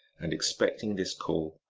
and expect ing this call,